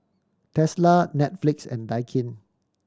Tesla Netflix and Daikin